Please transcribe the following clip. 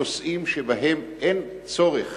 יש נושאים שבהם אין צורך